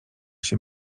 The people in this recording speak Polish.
się